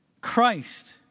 Christ